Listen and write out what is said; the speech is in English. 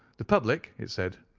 the public, it said,